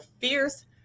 fierce